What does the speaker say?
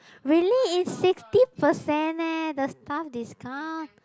really it's sixty percent eh the staff discount